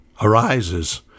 Arises